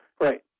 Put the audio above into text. Right